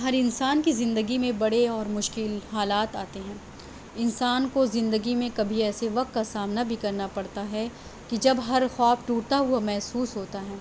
ہر انسان کی زندگی میں بڑے اور مشکل حالات آتے ہیں انسان کو زندگی میں کبھی ایسے وقت کا سامنا بھی کرنا پڑتا ہے کہ جب ہر خواب ٹوٹتا ہوا محسوس ہوتا ہے